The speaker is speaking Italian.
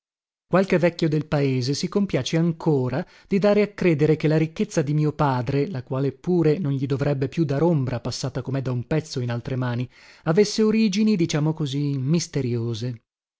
qualche vecchio del paese si compiace ancora di dare a credere che la ricchezza di mio padre la quale pure non gli dovrebbe più dar ombra passata comè da un pezzo in altre mani avesse origini diciamo così misteriose